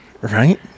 Right